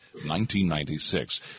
1996